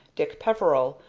dick peveril,